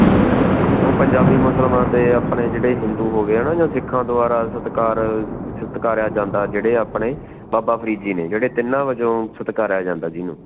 ਉਹ ਪੰਜਾਬੀ ਮੁਸਲਿਮਾਂ 'ਤੇ ਆਪਣੇ ਜਿਹੜੇ ਹਿੰਦੂ ਹੋ ਗਏ ਹੈ ਨਾ ਜਾਂ ਸਿੱਖਾਂ ਦੁਆਰਾ ਸਤਿਕਾਰ ਸਤਿਕਾਰਿਆ ਜਾਂਦਾ ਜਿਹੜੇ ਆਪਣੇ ਬਾਬਾ ਫ਼ਰੀਦ ਜੀ ਨੇ ਜਿਹੜੇ ਤਿੰਨਾਂ ਵਜੋਂ ਸਤਿਕਾਰਿਆ ਜਾਂਦਾ ਜਿਹਨੂੰ